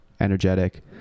energetic